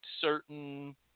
certain